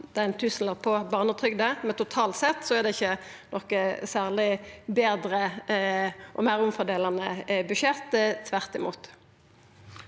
plussa ein tusenlapp på barnetrygda. Men totalt sett er det ikkje noko særleg betre og meir omfordelande budsjett, tvert imot.